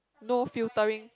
no filtering